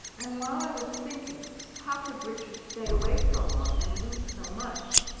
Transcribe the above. and while i was thinking how could richard stay away so long and lose so much,